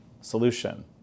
solution